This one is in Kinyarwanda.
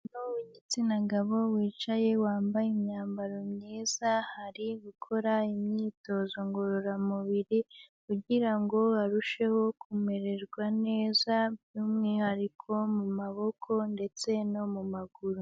Umugabo w'igitsina gabo wicaye, wambaye imyambaro myiza, ari gukora imyitozo ngororamubiri kugira ngo arusheho kumererwa neza by'umwihariko mu maboko ndetse no mu maguru.